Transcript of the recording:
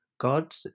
God